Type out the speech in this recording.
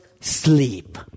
sleep